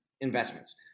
investments